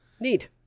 Neat